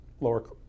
lower